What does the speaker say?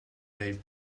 dave